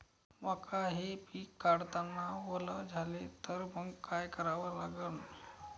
मका हे पिक काढतांना वल झाले तर मंग काय करावं लागन?